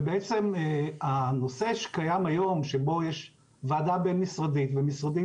ובעצם הנושא שקיים היום שבו יש ועדה בין-משרדית ומשרדים